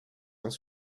uns